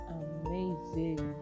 amazing